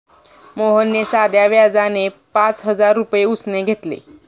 मोहनने साध्या व्याजाने पाच हजार रुपये उसने घेतले